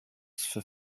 für